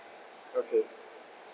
okay